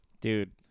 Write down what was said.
dude